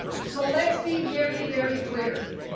so let's be very very clear,